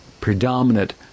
predominant